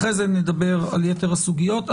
אחרי זה נדבר על יתר הסוגיות.